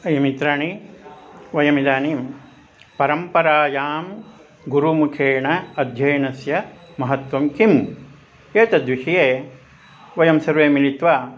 अयि मित्राणि वयमिदानीं परम्परायां गुरुमुखेण अध्ययनस्य महत्वं किम् एतद्विषये वयं सर्वे मिलित्वा